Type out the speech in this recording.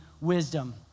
wisdom